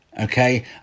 okay